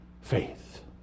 faith